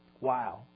Wow